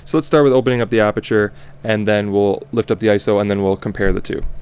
so let's start with opening up the aperture and then we'll lift up the iso and then we'll compare the two.